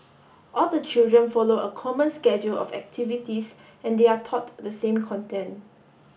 all the children follow a common schedule of activities and they are taught the same content